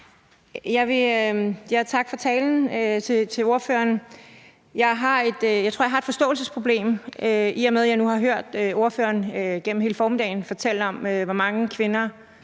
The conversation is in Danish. Tak til ordføreren for talen. Jeg tror, at jeg har et forståelsesproblem, i og med jeg nu har jeg hørt ordføreren gennem hele formiddagen fortælle om, hvor mange mennesker